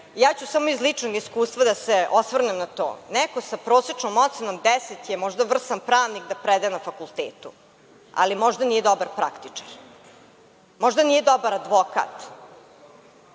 Ja ću samo iz ličnog iskustva da se osvrnem na to. Neko sa prosečnom ocenom 10 je možda vrsan pravnik da predaje na fakultetu, ali možda nije dobar praktičar, možda nije dobar advokat,